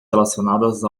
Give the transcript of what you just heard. relacionadas